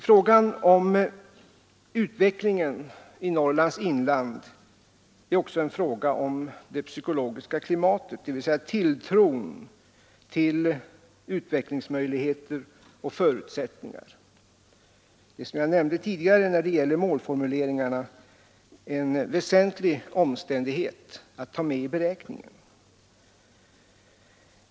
Frågan om utvecklingen i Norrlands inland är också en fråga om det psykologiska klimatet, dvs. tilltron till utvecklingsmöjligheter och förutsättningar. Det är, som jag nämnde tidigare när det gällde målformuleringarna, en väsentlig omständighet att ta med i beräkningen.